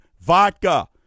vodka